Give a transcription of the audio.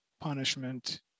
punishment